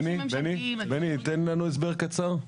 בני, תן לנו הסבר קצר.